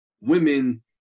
women